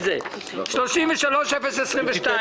זה שלנו